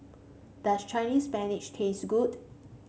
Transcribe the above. does Chinese Spinach taste good